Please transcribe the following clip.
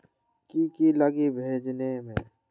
की की लगी भेजने में?